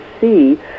see